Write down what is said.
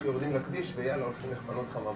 תופסים חממות.